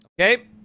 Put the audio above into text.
Okay